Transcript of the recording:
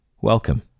welcome